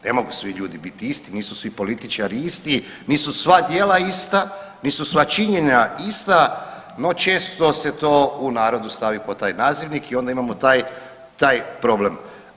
Ne mogu svi ljudi biti isti, nisu svi političari isti, nisu sva djela ista, nisu sva činjenja ista, no često se to u narodu stavi pod taj nazivnik i onda imamo taj problem.